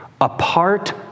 apart